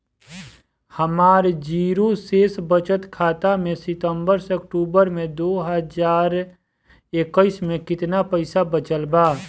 हमार जीरो शेष बचत खाता में सितंबर से अक्तूबर में दो हज़ार इक्कीस में केतना पइसा बचल बा?